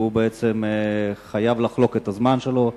והוא חייב לחלוק את הזמן שלו.